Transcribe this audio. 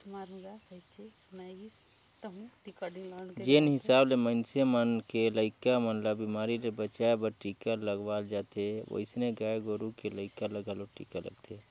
जेन हिसाब ले मनइसे मन के लइका मन ल बेमारी ले बचाय बर टीका लगवाल जाथे ओइसने गाय गोरु के लइका ल घलो टीका लगथे